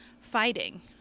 fighting